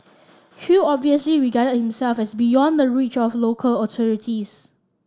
chew obviously regarded himself as beyond the reach of local authorities